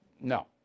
No